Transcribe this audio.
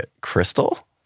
crystal